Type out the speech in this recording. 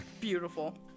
Beautiful